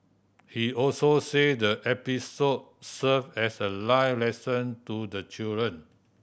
he also said the episode served as a life lesson to the children